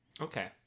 Okay